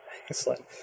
Excellent